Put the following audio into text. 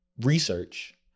research